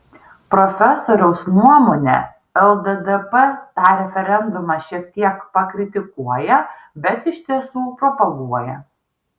profesoriaus nuomone lddp tą referendumą šiek tiek pakritikuoja bet iš tiesų propaguoja